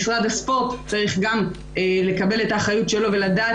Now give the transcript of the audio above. משרד הספורט צריך גם לקבל את האחריות שלו ולדעת